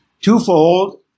twofold